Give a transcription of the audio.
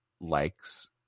likes